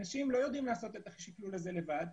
אנשים לא יודעים לעשות את השקלול הזה לבד,